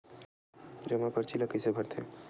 जमा परची ल कइसे भरथे?